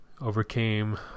overcame